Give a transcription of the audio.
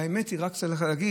האמת היא, רק צריך להגיד,